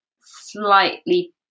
slightly